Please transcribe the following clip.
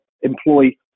employ